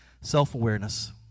Self-awareness